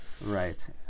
Right